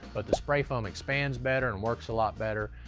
but the spray foam expands better and works a lot better.